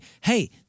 Hey